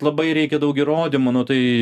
labai reikia daug įrodymų nu tai